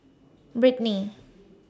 Brittnie